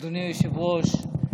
אדוני היושב-ראש,